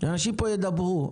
אנשים פה ידברו,